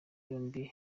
yombi